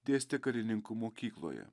dėstė karininkų mokykloje